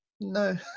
no